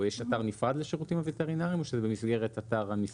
יש אתר נפרד לשירותים הווטרינריים או שזה במסגרת אתר המשרד?